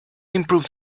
improved